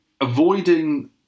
avoiding